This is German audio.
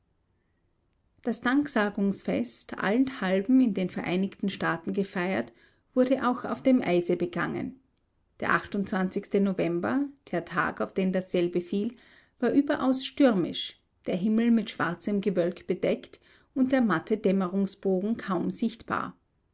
das danksagungsfest allenthalben in den vereinigten staaten gefeiert wurde auch auf dem eise begangen der november der tag auf den dasselbe fiel war überaus stürmisch der himmel mit schwarzem gewölk bedeckt und der matte dämmerungsbogen kaum sichtbar